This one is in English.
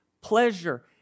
pleasure